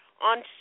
on